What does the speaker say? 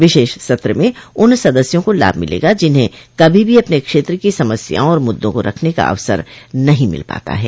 विशेष सत्र में उन सदस्यों को लाभ मिलेगा जिन्हें कभी भी अपने क्षेत्र की समस्याओं और मुद्दों को रखने का अवसर नहीं मिल पाता है